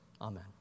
Amen